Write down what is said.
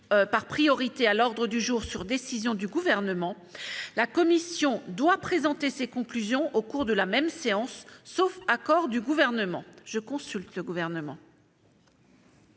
par priorité à l'ordre du jour sur décision du Gouvernement, la commission doit présenter ses conclusions au cours de la même séance, sauf accord du Gouvernement. Je consulte donc le Gouvernement.